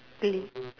play